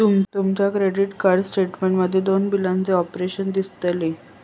तुमच्या credit card statement मध्ये दोन बिलाचे ऑप्शन दिसतले